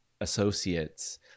associates